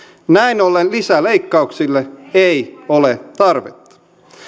näin ollen lisäleikkauksille ei ole tarvetta